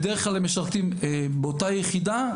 בדרך כלל משרתים באותה יחידה,